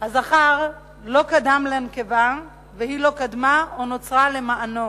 הזכר לא קדם לנקבה, והיא לא קדמה או נוצרה למענו.